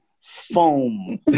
foam